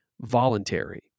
voluntary